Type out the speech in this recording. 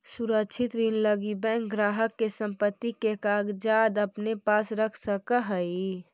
सुरक्षित ऋण लगी बैंक ग्राहक के संपत्ति के कागजात अपने पास रख सकऽ हइ